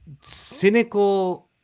cynical